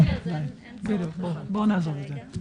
בואו נעזוב את זה.